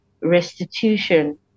restitution